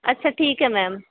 ਅੱਛਾ ਠੀਕ ਹੈ ਮੈਮ